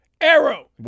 Arrow